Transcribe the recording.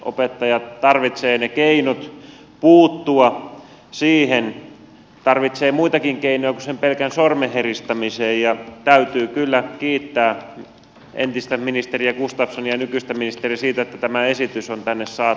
opettajat tarvitsevat ne keinot puuttua siihen tarvitsevat muitakin keinoja kuin sen pelkän sormen heristämisen ja täytyy kyllä kiittää entistä ministeriä gustafssonia ja nykyistä ministeriä siitä että tämä esitys on tänne saatu